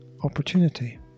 opportunity